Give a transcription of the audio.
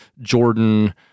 Jordan